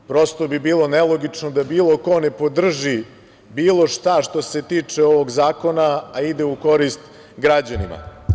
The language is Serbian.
Prosto bi bilo nelogično da bilo ko ne podrži bilo šta što se tiče ovog zakona, a ide u korist građanima.